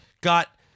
Got